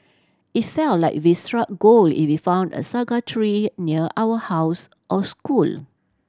it felt like we struck gold if we found a saga tree near our house or school